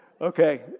Okay